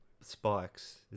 spikes